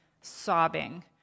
sobbing